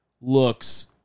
looks